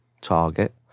target